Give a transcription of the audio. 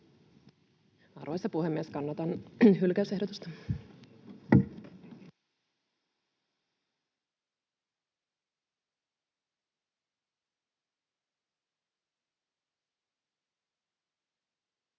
Arvoisa puhemies! Kannatan hylkäysehdotusta.